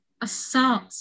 assault